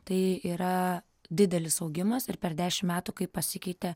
tai yra didelis augimas ir per dešim metų kai pasikeitė